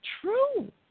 true